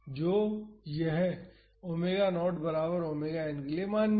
तो यह omega naught बराबर ओमेगा n के लिए मान्य है